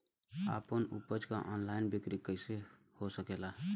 आपन उपज क ऑनलाइन बिक्री कइसे हो सकेला?